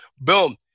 Boom